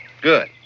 Good